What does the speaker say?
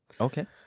Okay